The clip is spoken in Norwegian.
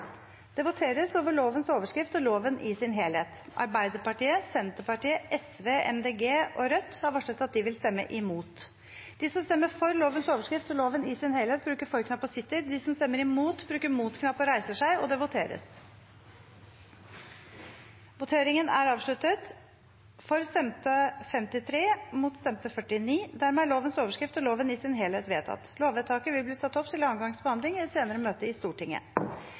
Det voteres over lovens overskrift og loven i sin helhet. Arbeiderpartiet, Senterpartiet, Sosialistisk Venstreparti, Miljøpartiet De Grønne og Rødt har varslet at de vil stemme imot. Lovvedtaket vil bli ført opp til andre gangs behandling i et senere møte i Stortinget.